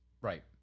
Right